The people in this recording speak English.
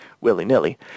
willy-nilly